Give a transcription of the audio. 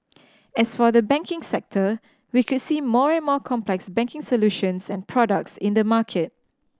as for the banking sector we could see more and more complex banking solutions and products in the market